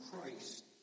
Christ